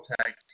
Tag